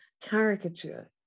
caricature